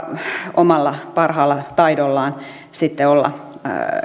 omalla parhaalla taidollaan sitten olla